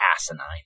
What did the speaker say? asinine